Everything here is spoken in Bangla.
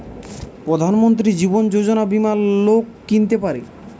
প্রধান মন্ত্রী জীবন যোজনা বীমা লোক কিনতে পারে